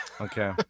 Okay